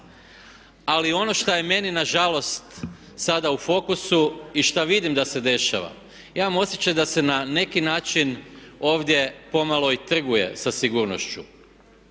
Ali ono što je meni nažalost sada u fokusu i šta vidim da se dešava. Imam osjećaj da se na neki način ovdje pomalo i trguje sa sigurnošću.